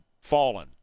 fallen